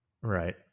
Right